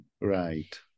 Right